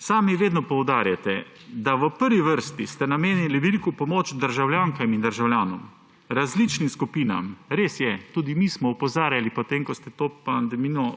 Sami vedno poudarjate, da v prvi vrsti ste namenili veliko pomoč državljankam in državljanom različnimi skupinam. Res je, tudi mi smo opozarjali, potem ko ste to Pandorino